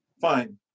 fine